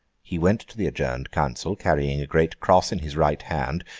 he went to the adjourned council, carrying a great cross in his right hand,